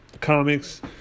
comics